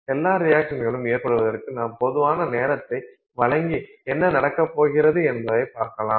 எல்லா ரியாக்சன்களும் ஏற்படுவதற்கு நாம் போதுமான நேரத்தை வழங்கி என்ன நடக்கப் போகிறது என்பதைப் பார்க்கலாம்